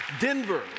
Denver